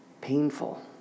painful